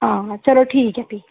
हां चलो ठीक ऐ भी